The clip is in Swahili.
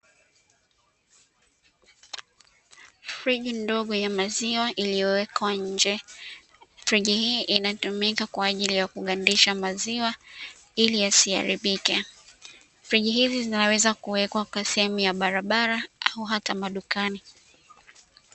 Friji ndogo ya maziwa iliyowekwa nje, friji hii inatumika kwa ajili ya kugandisha maziwa ili yasiharibike. Friji hizi zinaweza kuwekwa sehemu za barabara au hata madukani.